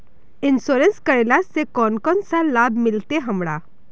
Insurance करेला से कोन कोन सा लाभ मिलते हमरा?